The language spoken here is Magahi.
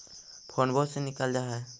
फोनवो से निकल जा है?